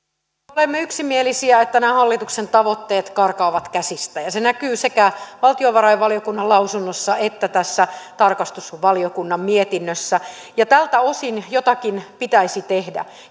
olemme yksimielisiä että nämä hallituksen tavoitteet karkaavat käsistä se näkyy sekä valtiovarainvaliokunnan lausunnossa että tässä tarkastusvaliokunnan mietinnössä ja tältä osin jotakin pitäisi tehdä